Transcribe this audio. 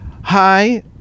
Hi